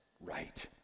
right